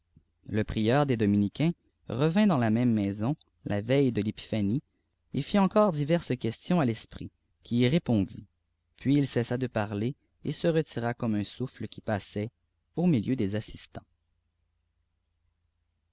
le prieur des dominicains revint dans la même maison la veille de pepiphanie et fit encore diverses questionf à feqnt qui y répondit puis il cessa de parler et se retira comme un souffle qui passait au milieu des assistants